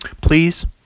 please